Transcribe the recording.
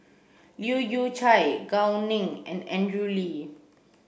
Leu Yew Chye Gao Ning and Andrew Lee